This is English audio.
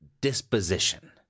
disposition